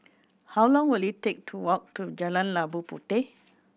how long will it take to walk to Jalan Labu Puteh